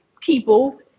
people